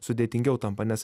sudėtingiau tampa nes